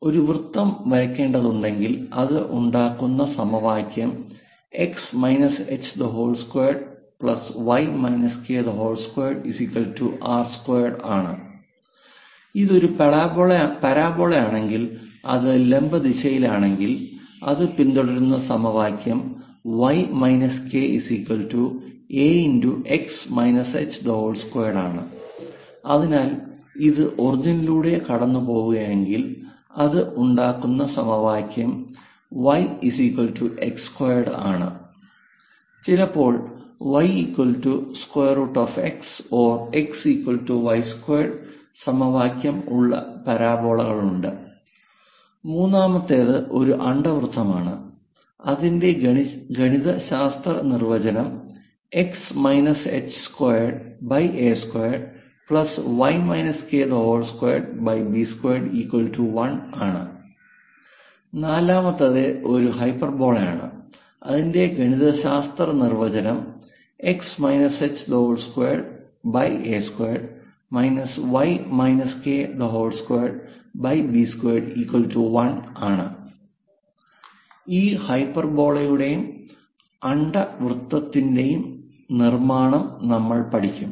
ഒരു വൃത്തം വരയ്ക്കേണ്ടതുണ്ടെങ്കിൽ അത് ഉണ്ടാക്കുന്ന സമവാക്യം x h2y k2r2 ആണ് ഇത് ഒരു പരാബോളയാണെങ്കിൽ അത് ലംബ ദിശയിലാണെങ്കിൽ അത് പിന്തുടരുന്ന സമവാക്യം ax h2 ആണ് അതിനാൽ ഇത് ഈ ഒറിജിനിലൂടെ കടന്നുപോവുകയാണെങ്കിൽ അത് ഉണ്ടാക്കുന്ന സമവാക്യം yx2 ആണ് ചിലപ്പോൾ yx or xy2 സമവാക്യം ഉള്ള പരാബോളകളുണ്ട് മൂന്നാമത്തേത് ഒരു അണ്ഡവൃത്തം ആണ് അതിന്റെ ഗണിതശാസ്ത്ര നിർവചനം x h2a2y k2b21 ആണ് നാലാമത്തേത് ഒരു ഹൈപ്പർബോളയാണ് അതിന്റെ ഗണിതശാസ്ത്ര നിർവചനം x h2a2 y k2b21 ആണ് ഈ ഹൈപ്പർബോളയുടെയും അണ്ഡവൃത്തത്തിന്റെയും നിർമ്മാണം നമ്മൾ പഠിക്കും